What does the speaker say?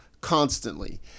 constantly